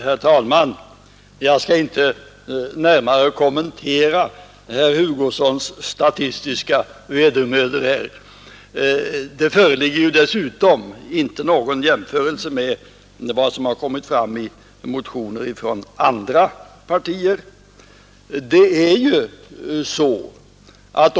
Herr talman! Jag skall inte närmare kommentera herr Hugossons statistiska vedermödor. Dessutom föreligger det här inte några jämförelser med vad som framkommit i motioner från andra partier.